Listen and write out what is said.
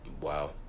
wow